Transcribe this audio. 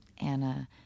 Anna